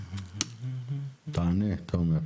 תענה, תומר.